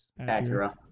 Acura